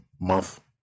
month